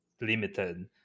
limited